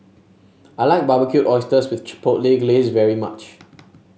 I like Barbecued Oysters with Chipotle Glaze very much